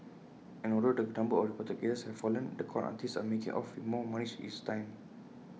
and although the number of reported cases has fallen the con artists are making off with more money each time